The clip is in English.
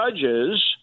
judges